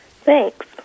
Thanks